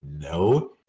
no